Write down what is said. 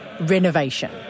renovation